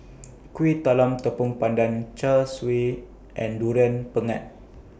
Kuih Talam Tepong Pandan Char Siu and Durian Pengat